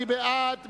מי בעד,